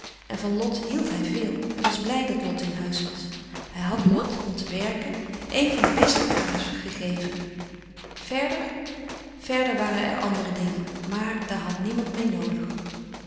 en van lot hield hij veel hij was blij dat lot in huis was hij had lot om te werken een van de beste kamers gegeven verder verder waren er andere dingen maar daar had niemand meê louis